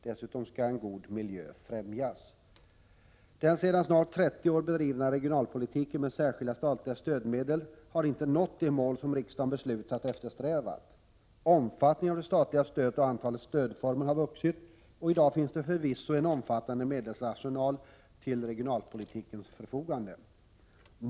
Dessutom skall en god miljö främjas. Den sedan snart 30 år bedrivna regionalpolitiken med särskilda statliga stödmedel har inte nått de mål som riksdagen har beslutat och eftersträvat. Omfattningen av det statliga stödet och antalet stödformer har vuxit, och i dag finns det förvisso en omfattande medelsarsenal till regionalpolitikens förfogande.